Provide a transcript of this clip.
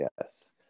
Yes